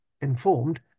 informed